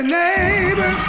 neighbor